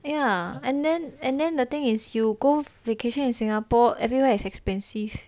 ya and then and then the thing is you go vacation in singapore everywhere is expensive